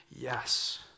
Yes